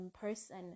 person